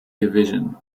division